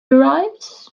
arrives